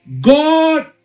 God